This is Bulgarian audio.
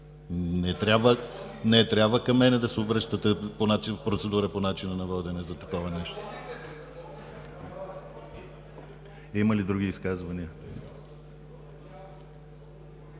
Не трябва към мен да се обръщате в процедура по начина на водене за такова нещо. Има ли други изказвания?